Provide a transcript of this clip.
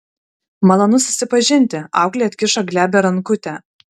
malonu susipažinti auklė atkišo glebią rankutę